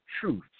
truth